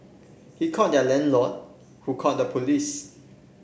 he called their landlord who called the police